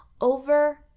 over